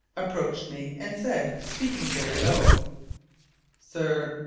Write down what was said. approached me, and said, speaking very low sir,